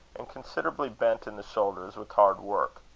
and considerably bent in the shoulders with hard work.